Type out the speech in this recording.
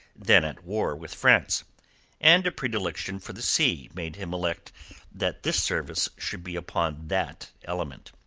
then at war with france and a predilection for the sea made him elect that this service should be upon that element.